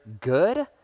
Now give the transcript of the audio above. good